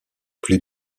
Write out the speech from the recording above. plus